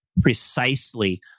precisely